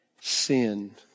sin